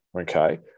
okay